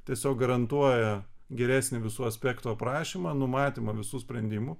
tiesiog garantuoja geresnį visų aspektų aprašymą numatymą visų sprendimų